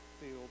Field